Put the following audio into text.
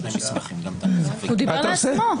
הוא דיבר לעצמו.